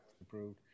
Approved